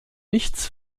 nichts